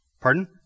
Pardon